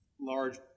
large